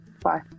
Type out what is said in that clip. Bye